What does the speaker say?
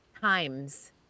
times